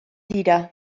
dira